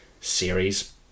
series